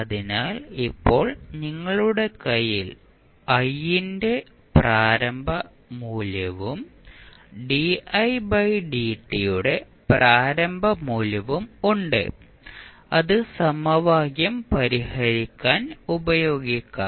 അതിനാൽ ഇപ്പോൾ നിങ്ങളുടെ കൈയിൽ I ന്റെ പ്രാരംഭ മൂല്യവും യുടെ പ്രാരംഭ മൂല്യവും ഉണ്ട് അത് സമവാക്യം പരിഹരിക്കാൻ ഉപയോഗിക്കാം